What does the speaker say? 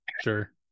Sure